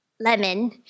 Lemon